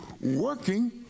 working